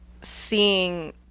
seeing –